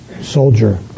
soldier